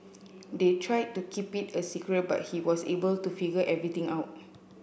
they tried to keep it a secret but he was able to figure everything out